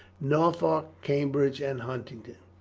norfolk, cambridge, and huntingdon.